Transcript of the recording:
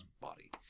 body